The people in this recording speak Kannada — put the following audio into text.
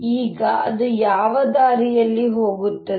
ಈಗ ಅದು ಯಾವ ದಾರಿಯಲ್ಲಿ ಹೋಗುತ್ತದೆ